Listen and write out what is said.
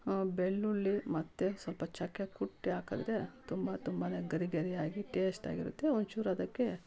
ಬೆಳ್ಳುಳ್ಳಿ ಮತ್ತು ಸ್ವಲ್ಪ ಚಕ್ಕೆ ಕುಟ್ಟಿ ಹಾಕದ್ರೆ ತುಂಬ ತುಂಬಾ ಗರಿ ಗರಿಯಾಗಿ ಟೇಷ್ಟಾಗಿರುತ್ತೆ ಒಂಚೂರು ಅದಕ್ಕೆ